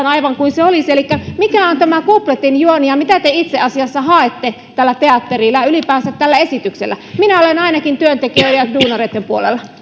aivan kuin olisi elikkä mikä on kupletin juoni ja mitä te itse asiassa ylipäänsä haette tällä teatterilla tällä esityksellä minä olen ainakin työntekijöiden ja duunareitten puolella